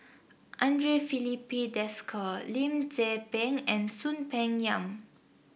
Andre Filipe Desker Lim Tze Peng and Soon Peng Yam